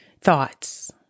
thoughts